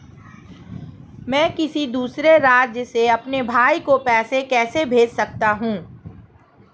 मैं किसी दूसरे राज्य से अपने भाई को पैसे कैसे भेज सकता हूं?